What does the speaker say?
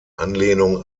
anlehnung